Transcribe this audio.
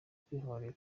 kwihorera